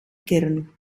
kern